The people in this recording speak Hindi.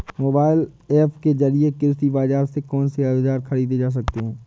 मोबाइल ऐप के जरिए कृषि बाजार से कौन से औजार ख़रीदे जा सकते हैं?